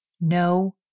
No